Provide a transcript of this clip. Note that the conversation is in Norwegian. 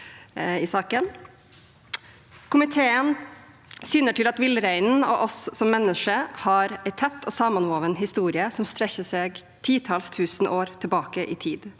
«Komiteen syner til at villreinen og oss som menneske har ei tett og samanvoven historie som strekkjer seg titals tusen år tilbake i tid.